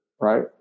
Right